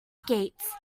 skates